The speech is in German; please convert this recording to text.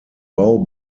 bau